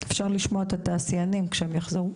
אפשר לשמוע את התעשיינים כשהם יחזרו.